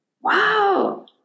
Wow